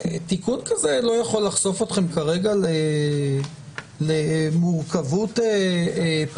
תיקון כזה לא יכול לחשוף אתכם כרגע למורכבות פרשנית,